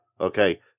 okay